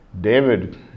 David